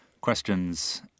questions